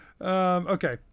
Okay